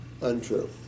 Untrue